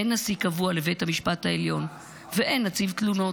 אין נשיא קבוע לבית המשפט העליון ואין נציב תלונות.